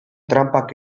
tranpak